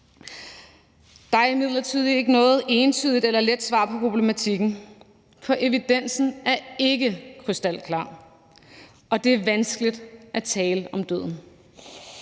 Der er imidlertid ikke noget entydigt eller let svar på problematikken, for der er ikke krystalklar evidens, og det er vanskeligt at tale om døden.